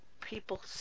people